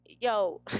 Yo